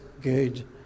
good